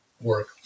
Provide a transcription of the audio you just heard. work